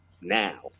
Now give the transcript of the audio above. now